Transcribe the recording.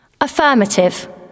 Affirmative